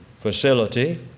facility